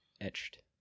etched